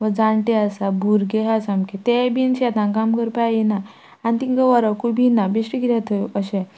व जाण्टे आसा भुरगे हा सामके तेय बीन शेतान काम करपा येना आनी तिंका व्हरकूय बी ना बेश्टी कितें थंय अशें